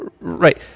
right